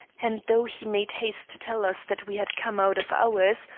and though he made haste to tell us that we had come out of hours,